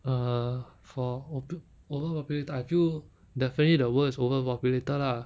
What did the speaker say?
err for over~ overpopulated I feel definitely the world is overpopulated lah